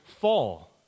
fall